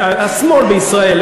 השמאל בישראל.